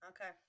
Okay